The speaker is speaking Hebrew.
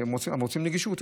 שהם רוצים נגישות.